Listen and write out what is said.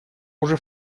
уже